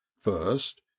first